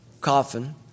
coffin